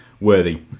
worthy